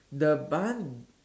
the barn